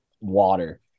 water